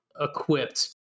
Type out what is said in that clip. equipped